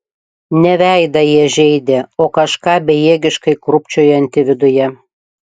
ne veidą jie žeidė o kažką bejėgiškai krūpčiojantį viduje